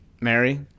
Mary